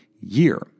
year